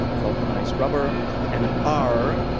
vulcanized rubber and r,